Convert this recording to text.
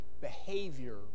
behavior